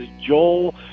Joel